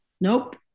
Nope